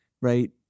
right